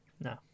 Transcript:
no